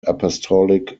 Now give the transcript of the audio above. apostolic